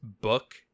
book